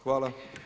Hvala.